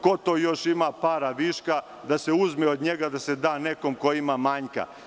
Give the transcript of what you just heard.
Ko to još ima para viška da se uzme od njega, da se da nekom ko ima manjka?